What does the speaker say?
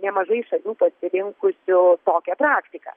nemažai šalių pasirinkusių tokią praktiką